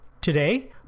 Today